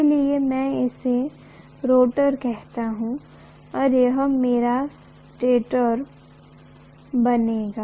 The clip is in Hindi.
इसलिए मैं इसे रोटर कहता हूं और यह मेरा स्टेटर बनेगा